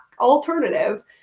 alternative